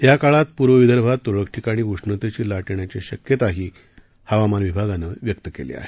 या काळात पूर्व विदर्भात त्रळक ठिकाणी उष्णतेची लाट येण्याची शक्यता ही हवामान विभागानं व्यक्त केली आहे